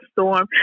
storm